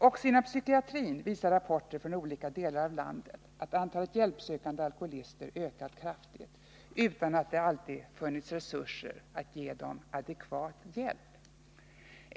Också inom psykiatrin visar rapporter från olika delar av landet att antalet hjälpsökande alkoholister ökat kraftigt utan att det alltid funnits resurser att ge dem adekvat hjälp.